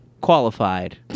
qualified